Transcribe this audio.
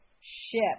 ship